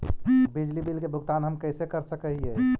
बिजली बिल के भुगतान हम कैसे कर सक हिय?